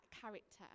character